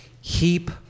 heap